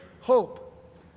hope